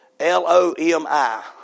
L-O-M-I